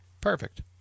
perfect